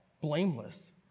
blameless